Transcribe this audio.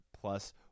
plus